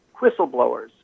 Whistleblowers